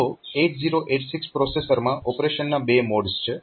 તો 8086 પ્રોસેસરમાં ઓપરેશનના 2 મોડ્સ છે